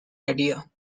idea